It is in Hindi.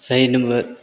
सही